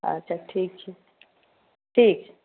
अच्छा ठीक छै ठीक छै